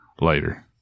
later